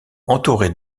entouré